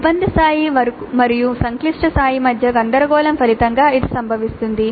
ఇబ్బంది స్థాయి మరియు సంక్లిష్ట స్థాయి మధ్య గందరగోళం ఫలితంగా ఇది సంభవిస్తుంది